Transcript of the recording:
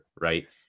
right